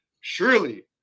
surely